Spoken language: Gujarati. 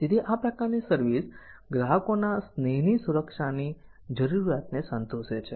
તેથી આ પ્રકારની સર્વિસ ગ્રાહકોના સ્નેહની સુરક્ષાની જરૂરિયાતને સંતોષે છે